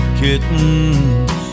kittens